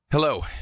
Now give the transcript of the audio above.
Hello